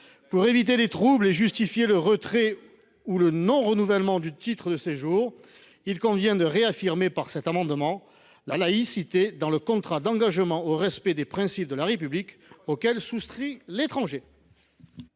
Pour éviter des troubles et justifier le retrait ou le non renouvellement du titre de séjour, il convient d’inscrire par cet amendement la laïcité dans le contrat d’engagement au respect des principes de la République auquel souscrit l’étranger.